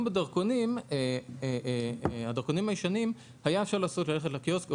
עם הדרכונים הישנים היה אפשר ללכת לקיוסק,